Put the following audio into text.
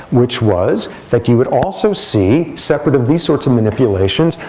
which was that you would also see separate of these sorts of manipulations,